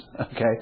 Okay